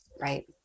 Right